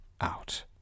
out